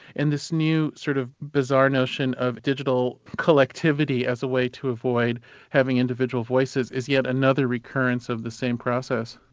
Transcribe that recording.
and this new sort of bizarre notion of digital collectivity as a way to avoid having individual voices is yet another recurrence of the same process.